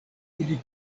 ili